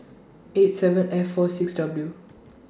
eight seven F four six W